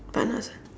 partners